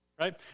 right